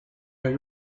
line